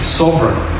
sovereign